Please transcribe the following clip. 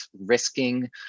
risking